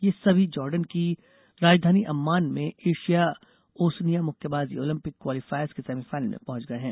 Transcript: ये सभी जॉर्डन की राजधानी अम्मान में एशिया ओसनिया मुक्के बाजी ओलम्पिक क्वालिफायर्स के सेमीफाइनल में पहंच गये हैं